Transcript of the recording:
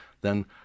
then-